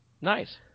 Nice